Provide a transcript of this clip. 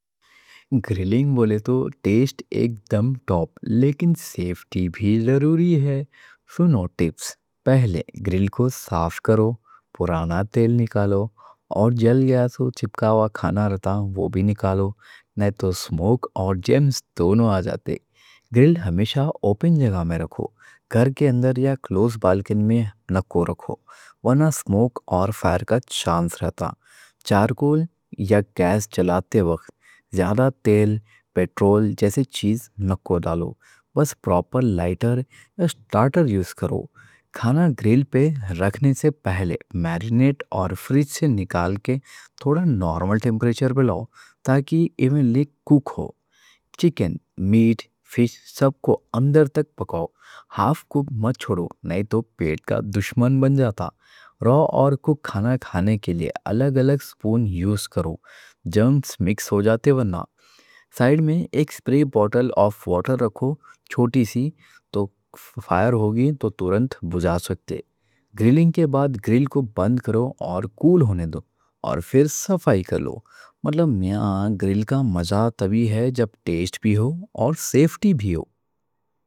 گرلنگ بولے تو ٹیسٹ ایک دم ٹاپ لیکن سیفٹی بھی ضروری ہے۔ سنو ٹپس، پہلے گرل کو صاف کرو، پرانا تیل نکالو، اور جل گیا تو چپکاوا کھانا رہتا، وہ بھی نکالو، نہ تو سموک اور جرمز دونوں آ جاتے۔ گرل ہمیشہ اوپن جگہ میں رکھو، گھر کے اندر یا کلوز بالکنی میں نکو رکھو، ورنہ سموک اور فائر کا چانس رہتا۔ چارکول یا گیس جلاتے وقت زیادہ تیل پیٹرول جیسے چیز نکو ڈالو، بس پراپر لائٹر یا سٹارٹر یوز کرو۔ کھانا گرل پہ رکھنے سے پہلے مارینیٹ، اور فریج سے نکال کے تھوڑا نارمل ٹیمپریچر پہ لاؤ تاکہ ایونلی کُک ہو۔ چکن، میٹ، فِش سب کو اندر تک پکاؤ، ہاف کُک مت چھوڑو، نہیں تو پیٹ کا دشمن بن جاتا۔ را اور کُک کھانا کھانے کے لیے الگ الگ سپون یوز کرو، جرمز مکس ہو جاتے ورنہ۔ سائیڈ میں ایک سپرے بوٹل آف واٹر رکھو، چھوٹی سی، تو فائر ہوگی تو تورنت بجھا سکتے۔ گرلنگ کے بعد گرل کو بند کرو اور کول ہونے دو، اور پھر صفائی کر لو۔ مطلب یہاں گرل کا مزہ تب ہی ہے جب ٹیسٹ بھی ہو اور سیفٹی بھی ہو۔